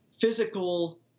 physical